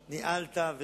היית לא פעם,